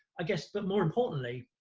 i guess, but more importantly,